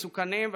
והם מסוכנים,